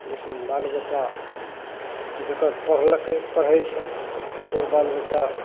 लेकिन बालबच्चा जकर पढ़लकै पढ़ै छै ओकर बालबच्चा